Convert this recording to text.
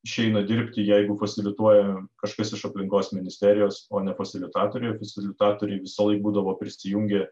išeina dirbti jeigu fasirituoja kažkas iš aplinkos ministerijos o ne fasilitatoriai fasilitatoriai visąlaik būdavo prisijungę